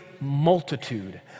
multitude